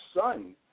son